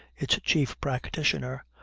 its chief practitioner,